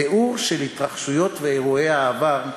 תיאור של התרחשויות ואירועי העבר.